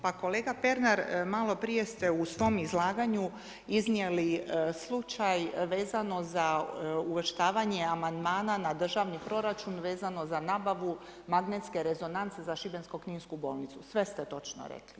Pa kolega Pernar malo prije ste u svom izlaganju iznijeli slučaj vezano za uvrštavanje amandmana na državni proračun vezano za nabavu magnetske rezonance za Šibensko-kninsku bolnicu, sve ste točno rekli.